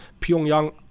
Pyongyang